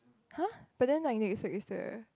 !huh! but then like next week is the